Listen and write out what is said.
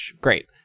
great